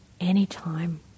anytime